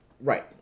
Right